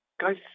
Guys